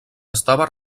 estava